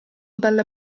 dalla